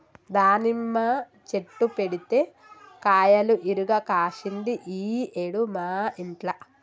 దానిమ్మ చెట్టు పెడితే కాయలు ఇరుగ కాశింది ఈ ఏడు మా ఇంట్ల